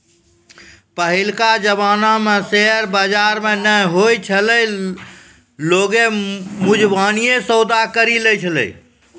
पहिलका जमाना मे शेयर बजार नै होय छलै लोगें मुजबानीये सौदा करै छलै